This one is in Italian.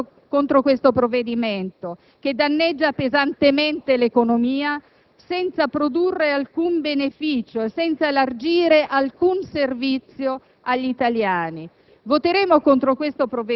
Noi voteremo contro questo provvedimento che danneggia pesantemente l'economia senza produrre alcun beneficio, senza elargire alcun servizio agli italiani.